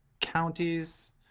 counties